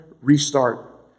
restart